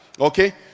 Okay